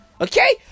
Okay